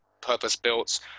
purpose-built